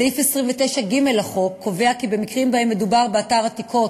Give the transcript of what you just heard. סעיף 29(ג) לחוק קובע כי במקרים שבהם מדובר באתר עתיקות